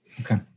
Okay